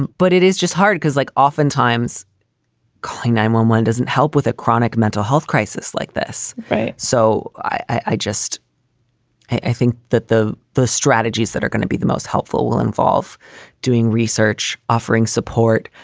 and but it is just hard because like oftentimes killing nine one one doesn't help with a chronic mental health crisis like this. right. so i just i think that the the strategies that are gonna be the most helpful will involve doing research, offering support.